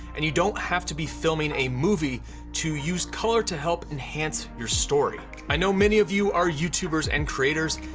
and you don't have to be filming a movie to use color to help enhance your story. i know many of you are youtubers and creators,